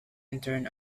intern